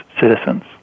citizens